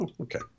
Okay